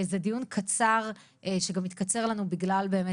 זה דיון קצר שגם התקצר לנו בגלל באמת